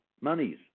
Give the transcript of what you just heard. monies